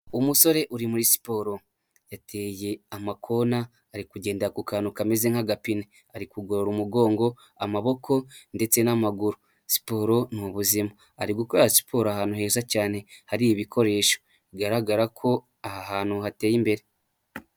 Umusore uri muri siporo, yateye amakona ari kugendade ku kantu kameze nk'agapine, ari kugorora umugongo, amaboko ndetse n'amaguru, siporo ni ubuzima ari gukora siporo ahantu heza cyane, hari ibikoresho bigaragara ko aha hantu hateye imbere.